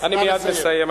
אז נא לסיים.